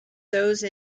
those